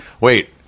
wait